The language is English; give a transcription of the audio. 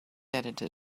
editor